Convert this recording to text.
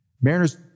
Mariners